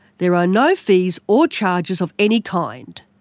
there are no fees or charges of any kind.